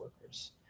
workers